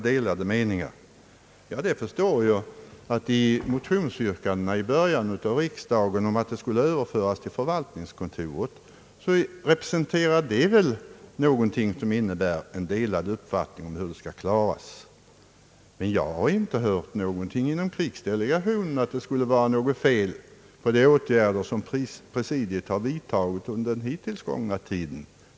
Ja, jag förstår att motionsyrkandena vid riksdagens början om att presidiets uppgifter skulle överföras till förvaltningskontoret in nebär något av delade uppfattningar, men inom krigsdelegationen har jag inte hört någonting om att det skulle vara fel på de åtgärder som presidiet vidtagit under den hittills gångna tiden.